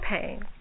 pain